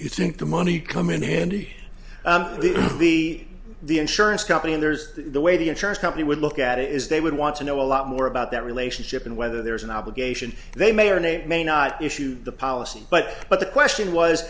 you think the money come in handy the the insurance company and there's the way the insurance company would look at it is they would want to know a lot more about that relationship and whether there's an obligation they may or may may not issue the policy but but the question was